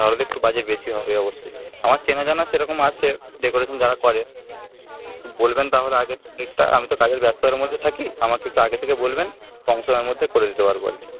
তাহলে একটু বাজেট বেশি হবে অবশ্যই আমার চেনাজানা সেরকম আছে ডেকরেশন যারা করে বলবেন তাহলে আগে থেকে ডেটটা আমি তো কাজের ব্যস্ততার মধ্যে থাকি আমাকে একটু আগে থেকে বলবেন কমসমের মধ্যে করে দিতে পারব আরকি